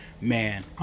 man